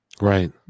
Right